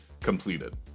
completed